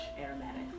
aromatic